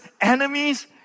enemies